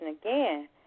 again